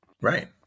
Right